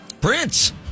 prince